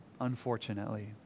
unfortunately